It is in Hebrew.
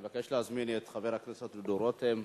אני מבקש להזמין את חבר הכנסת דוד רותם,